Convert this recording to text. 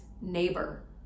neighbor